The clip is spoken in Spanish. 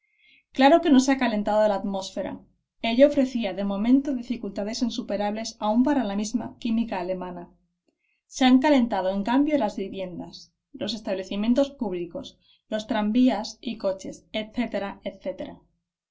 claro que no se ha calentado la atmósfera ello ofrecía de momento dificultades insuperables aun para la misma química alemana se han calentado en cambio las viviendas los establecimientos públicos los tranvías y coches